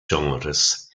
genres